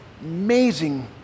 Amazing